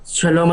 שלום,